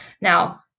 Now